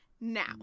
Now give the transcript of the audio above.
Now